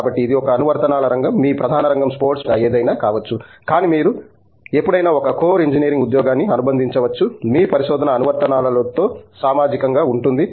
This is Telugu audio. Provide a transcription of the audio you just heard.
కాబట్టి ఇది ఒక అనువర్తనాల రంగం మీ ప్రధాన రంగం స్పోర్ట్స్ మెడిసిన్ లేదా ఏదైనా కావచ్చు కానీ మీరు ఎప్పుడైనా ఒక కోర్ ఇంజనీరింగ్ ఉద్యోగాన్ని అనుబంధించవచ్చు మీ పరిశోధన అనువర్తనాల లతో సామాజికంగా ఉంటుంది